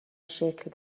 شکل